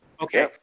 Okay